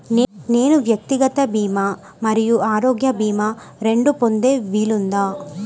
నేను వ్యక్తిగత భీమా మరియు ఆరోగ్య భీమా రెండు పొందే వీలుందా?